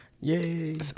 yay